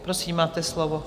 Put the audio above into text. Prosím, máte slovo.